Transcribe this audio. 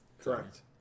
Correct